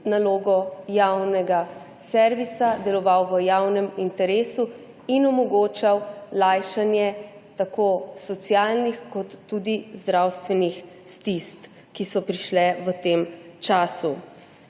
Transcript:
nalogo javnega servisa, deloval v javnem interesu in omogočal lajšanje tako socialnih kot tudi zdravstvenih stisk, ki so prišle v tem času.